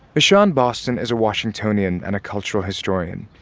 michonne boston is a washingtonian and a cultural historian.